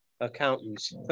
accountants